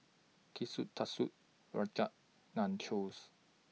Kushikatsu Rajma Nachos